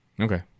Okay